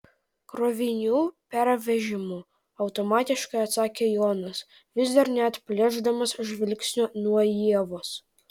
krovinių pervežimu automatiškai atsakė jonas vis dar neatplėšdamas žvilgsnio nuo ievos